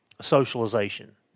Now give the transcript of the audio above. socialization